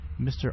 Mr